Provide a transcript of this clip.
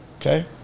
Okay